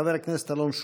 חבר הכנסת אלון שוסטר.